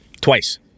Twice